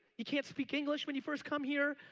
you can't speak english when you first come here,